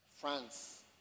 France